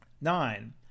Nine